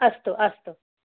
अस्तु अस्तु